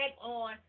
on